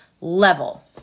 level